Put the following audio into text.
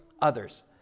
others